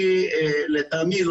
לטעמי,